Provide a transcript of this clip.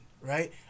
Right